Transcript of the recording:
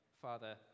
Father